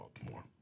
Baltimore